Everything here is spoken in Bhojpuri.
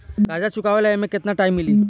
कर्जा चुकावे ला एमे केतना टाइम मिली?